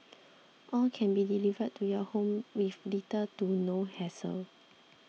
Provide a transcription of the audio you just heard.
all can be delivered to your home with little to no hassle